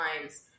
times